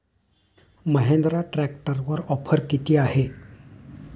महिंद्रा ट्रॅक्टरवर ऑफर किती आहे?